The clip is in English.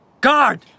Guard